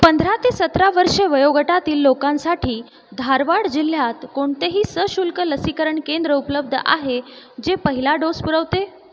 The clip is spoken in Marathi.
पंधरा ते सतरा वर्षे वयोगटातील लोकांसाठी धारवाड जिल्ह्यात कोणतेही सशुल्क लसीकरण केंद्र उपलब्ध आहे जे पहिला डोस पुरवते